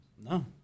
No